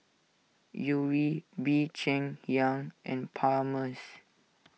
Yuri Bee Cheng Hiang and Palmer's